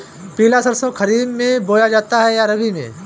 पिला सरसो खरीफ में बोया जाता है या रबी में?